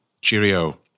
cheerio